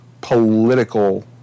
political